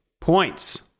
points